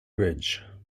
bridge